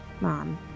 mom